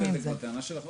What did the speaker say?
יש צדק בטענה שלך.